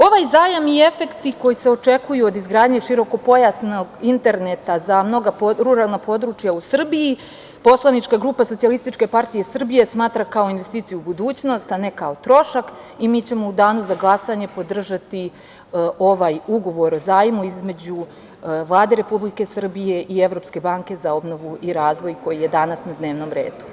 Ovaj zajam i efekti koje se očekuju od izgradnje širokopojasnog interneta za mnoga ruralna područja u Srbiji poslanička grupa Socijalističke partije Srbije smatra kao investiciju u budućnost, a ne kao trošak i mi ćemo u danu za glasanje podržati ovaj Ugovor o zajmu između Vlade Republike Srbije i Evropske banke za obnovu i razvoj, koji je danas na dnevnom redu.